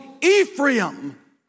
Ephraim